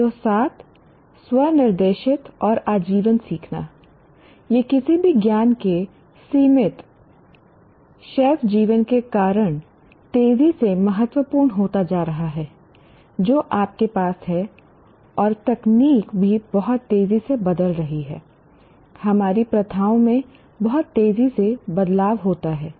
PO7 स्व निर्देशित और आजीवन सीखना यह किसी भी ज्ञान के सीमित शैल्फ जीवन के कारण तेजी से महत्वपूर्ण होता जा रहा है जो आपके पास है और तकनीक भी बहुत तेजी से बदल रही है हमारी प्रथाओं में बहुत तेजी से बदलाव होता है